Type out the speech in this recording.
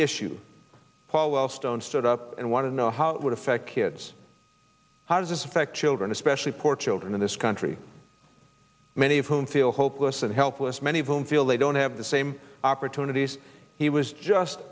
issue paul wellstone stood up and want to know how it would affect kids how does this affect children especially poor children in this country many of whom feel hopeless and helpless many of them feel they don't have the same opportunities he was just